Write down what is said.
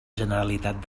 generalitat